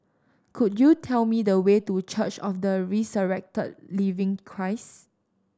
could you tell me the way to Church of the Resurrected Living Christ